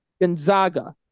Gonzaga